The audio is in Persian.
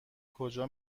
کجا